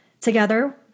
together